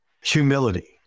Humility